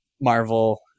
Marvel